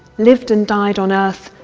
lived and died on earth,